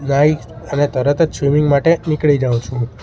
નાહી અને તરત જ સ્વિમિંગ માટે નીકળી જાઉં છું